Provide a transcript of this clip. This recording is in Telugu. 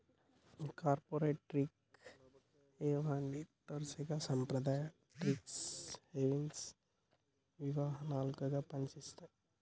ఈ కార్పొరేట్ టెక్స్ హేవెన్ని తరసుగా సాంప్రదాయ టాక్స్ హెవెన్సి వాహనాలుగా పని చేత్తాయి